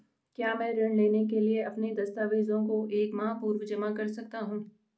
क्या मैं ऋण लेने के लिए अपने दस्तावेज़ों को एक माह पूर्व जमा कर सकता हूँ?